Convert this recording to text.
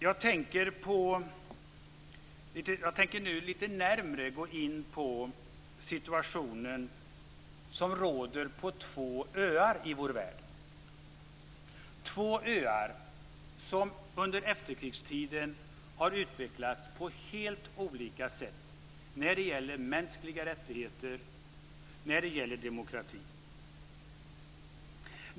Jag tänker nu lite närmare gå in på den situation som råder på två öar i vår värld. Det är två öar som under efterkrigstiden har utvecklats på helt olika sätt när det gäller mänskliga rättigheter och demokrati.